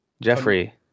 Jeffrey